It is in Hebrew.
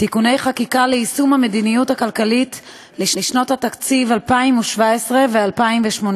(תיקוני חקיקה ליישום המדיניות הכלכלית לשנות התקציב 2017 ו-2018),